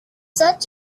such